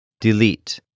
Delete